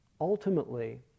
ultimately